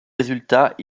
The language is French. résultats